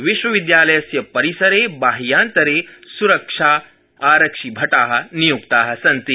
विश्वविद्यालयस्य परिसरे बाह्यान्तरे स्रक्षारक्षिभटा निय्क्ता सन्ति